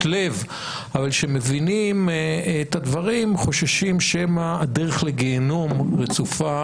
לב אבל כשמבינים את הדברים חוששים שמא הדרך לגיהינום רצופה